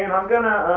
i'm gonna,